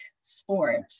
sport